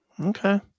Okay